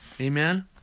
Amen